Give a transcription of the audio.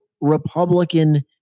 Republican